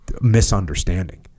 misunderstanding